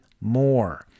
more